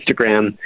Instagram